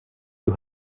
you